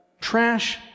trash